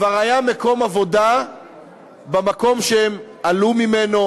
כבר היה מקום עבודה במקום שהם עלו ממנו.